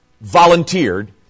volunteered